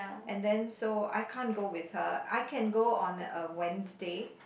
and then so I can't go with her I can go on uh Wednesday